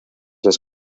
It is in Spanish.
las